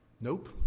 nope